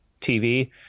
TV